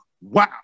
wow